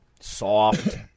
soft